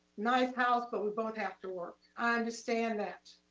nice house, but we both have to work. i understand that,